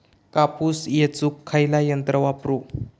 कापूस येचुक खयला यंत्र वापरू?